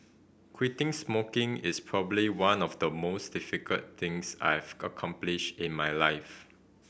quitting smoking is probably one of the most difficult things I've accomplished in my life